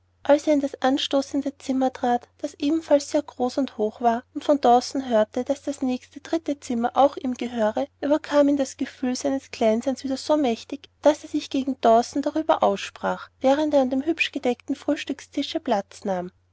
als er in das anstoßende zimmer trat das ebenfalls sehr groß und hoch war und von dawson hörte daß das nächste dritte zimmer auch ihm gehöre überkam ihn das gefühl seines kleinseins wieder so mächtig daß er sich gegen dawson darüber aussprach während er an dem hübsch gedeckten frühstückstische platz nahm